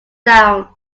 sound